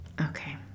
Okay